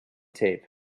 tape